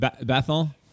Bethel